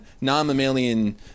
non-mammalian